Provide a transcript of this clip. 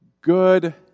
good